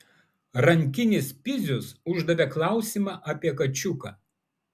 rankinis pizius uždavė klausimą apie kačiuką